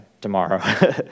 tomorrow